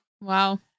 Wow